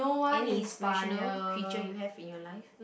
any inspirational creature you have in you life